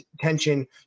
tension